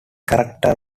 character